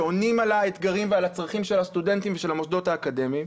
שעונים על האתגרים ועל הצרכים של הסטודנטים ושל המוסדות האקדמיים.